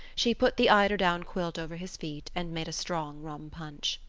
she put the eider-down quilt over his feet and made a strong rum punch.